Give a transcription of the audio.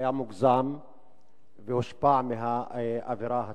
היה מוגזם והושפע מהאווירה הציבורית.